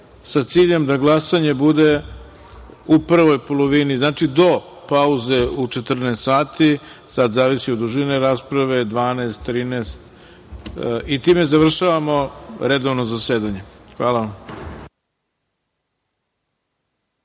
sa ciljem da glasanje bude u prvoj polovini, znači do pauze u 14 časova, sada zavisi od dužine rasprave, 12 sati, 13 sati, i time onda završavamo redovno zasedanje. Hvala